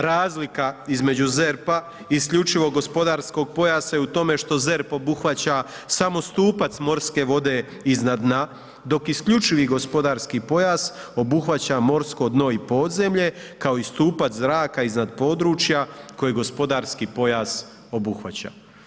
Razlika između ZERP-a, isključivog gospodarskog pojasa je u tome što ZERP obuhvaća samo stupac morske vode iznad dna, dok isključivi gospodarski pojas obuhvaća morsko dno i podzemlje, kao i stupac zraka iznad područja koje gospodarski pojas obuhvaća.